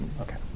Okay